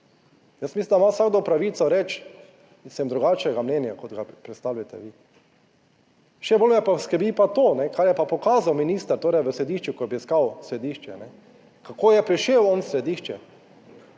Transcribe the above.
Jaz mislim, da ima vsakdo pravico reči, sem drugačnega mnenja, kot ga predstavljate vi. Še bolj me pa skrbi pa to, kar je pa pokazal minister, torej v Središču, ko je obiskal Središče, kako je prišel on v Središče.